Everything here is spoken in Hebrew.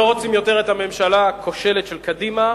לא רוצים יותר את הממשלה הכושלת של קדימה,